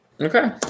Okay